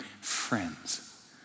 friends